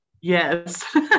yes